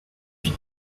huit